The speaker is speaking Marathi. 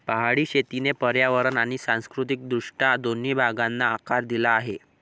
पहाडी शेतीने पर्यावरण आणि सांस्कृतिक दृष्ट्या दोन्ही भागांना आकार दिला आहे